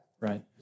Right